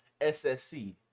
ssc